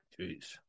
Jeez